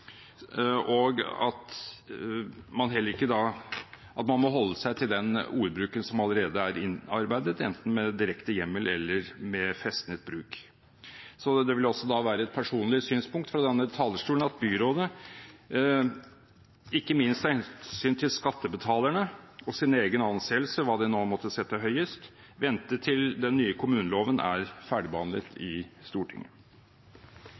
allerede er innarbeidet, enten ved direkte hjemmel eller ved festnet bruk. Det vil også være et personlig synspunkt fra denne talerstolen at byrådet – ikke minst av hensyn til skattebetalerne og sin egen anseelse, hva de nå måtte sette høyest – bør vente til den nye kommuneloven er ferdigbehandlet i Stortinget.